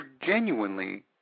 genuinely